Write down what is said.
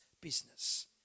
business